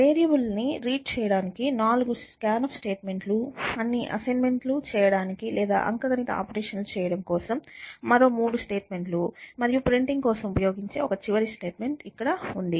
variable లని read చేయడానికి నాలుగు scanf స్టేట్మెంట్ లు అన్ని అసైన్మెంట్ లు చేయడానికి లేదా అంకగణిత ఆపరేషన్ లు చేయడం కోసం మూడు స్టేట్మెంట్లు మరియు ప్రింటింగ్ కోసం ఉపయోగించే ఒక చివరి స్టేట్మెంట్ ఉంది